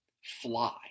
fly